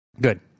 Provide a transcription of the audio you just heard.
Good